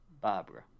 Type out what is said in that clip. Barbara